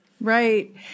Right